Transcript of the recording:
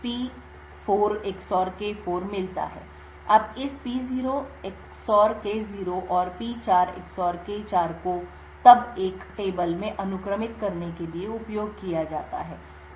अब इस P0 XOR K0 और P4 XOR K4 को तब एक तालिकाटेबल में अनुक्रमित करने के लिए उपयोग किया जाता है